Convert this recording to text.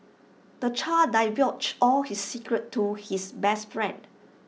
the child divulged all his secrets to his best friend